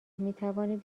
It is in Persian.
میتوانیم